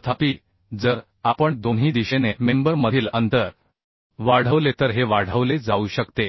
तथापि जर आपण दोन्ही दिशेने मेंबर मधील अंतर वाढवले तर हे वाढवले जाऊ शकते